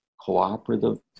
cooperative